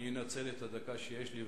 אני אנצל את הדקה שיש לי,